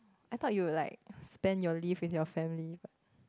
I thought you will like spend your leave with your family